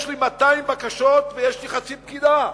יש לי 200 בקשות ויש לי חצי פקידה,